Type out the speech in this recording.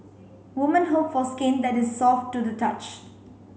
woman hope for skin that is soft to the touch